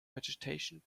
vegetation